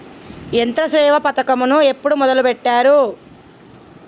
యంత్రసేవ పథకమును ఎప్పుడు మొదలెట్టారు?